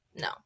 No